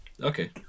Okay